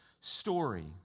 story